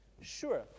Sure